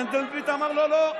מנדלבליט אמר לו לא.